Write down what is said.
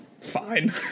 fine